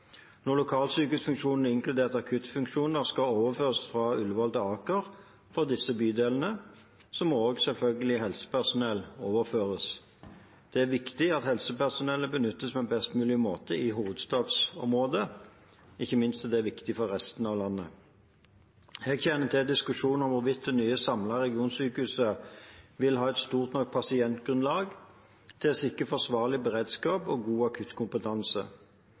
Når lokalsykehusfunksjoner inkludert akuttfunksjoner skal overføres fra Ullevål til Aker for disse bydelene, må selvfølgelig også helsepersonell overføres. Det er viktig at helsepersonellet benyttes på en best mulig måte i hovedstadsområdet, ikke minst er det viktig for resten av landet. Jeg kjenner til diskusjonen om hvorvidt det nye samlede regionsykehuset vil ha et stort nok pasientgrunnlag til å sikre forsvarlig beredskap og god akuttkompetanse.